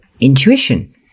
intuition